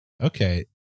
Okay